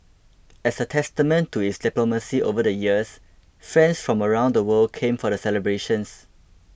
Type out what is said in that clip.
as a testament to its diplomacy over the years friends from around the world came for the celebrations